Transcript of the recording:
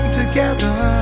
together